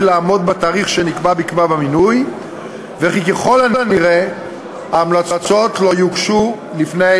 לעמוד בתאריך שנקבע בכתב המינוי וכי ככל הנראה ההמלצות לא יוגשו לפני